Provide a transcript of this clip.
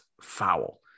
foul